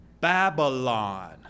Babylon